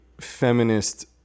feminist